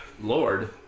Lord